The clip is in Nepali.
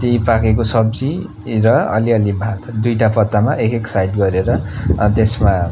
ती पाकेको सब्जी र अलिअलि भात दुईवटा पत्तामा एक एक साइड गरेर त्यसमा